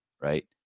Right